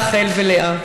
רחל ולאה,